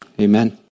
amen